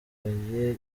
yambaye